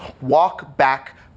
walk-back